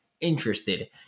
interested